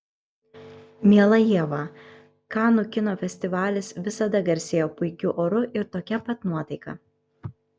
miela ieva kanų kino festivalis visada garsėjo puikiu oru ir tokia pat nuotaika